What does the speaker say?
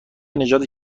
نژاد